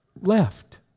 left